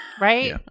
Right